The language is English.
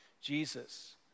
Jesus